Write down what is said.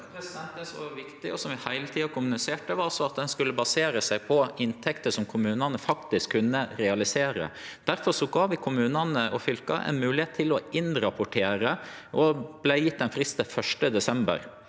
som var viktig, og som vi heile tida kommuniserte, var at ein skulle basere seg på inntekter som kommunane faktisk kunne realisere. Difor gav vi kommunane og fylka ei moglegheit til å rapportere inn, og det vart gjeve ein frist til 1. desember.